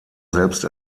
selbst